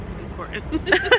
important